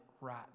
right